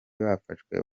bafashwe